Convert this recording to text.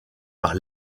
par